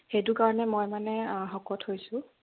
সেইটো কাৰণে মই মানে শকত হৈছোঁ